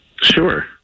Sure